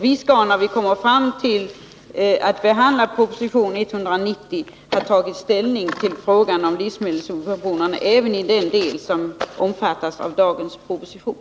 Vi skall, när vi kommer fram till att behandla proposition 190, ha tagit ställning till frågan om livsmedelssubventioner även i den del som omfattas av dagens proposition.